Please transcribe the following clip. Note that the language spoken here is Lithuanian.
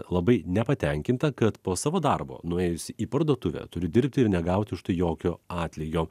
labai nepatenkinta kad po savo darbo nuėjus į parduotuvę turiu dirbti ir negauti už tai jokio atlygio